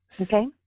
Okay